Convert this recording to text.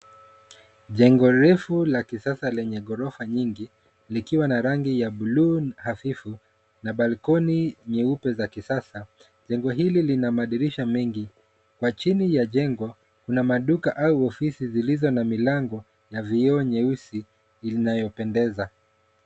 Jengo refu la kisasa lenye ghorofa nyingi likiwa na rangi ya buluu hafifu na balkoni nyeupe za kisasa. Jengo hili lina madirisha mengi. Kwa chini ya jengo kuna maduka au ofisi zilizo na milango na vioo nyeusi zinayopendeza.